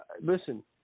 Listen